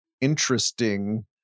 interesting